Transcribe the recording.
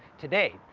today,